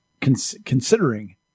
considering